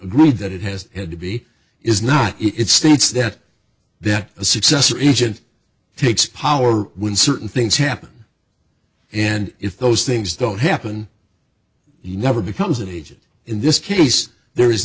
agreed that it has had to be is not it states that there a successor agent takes power when certain things happen and if those things don't happen you never becomes an agent in this case there